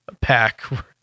pack